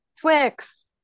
Twix